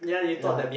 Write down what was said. ya